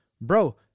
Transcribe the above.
bro